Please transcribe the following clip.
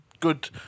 Good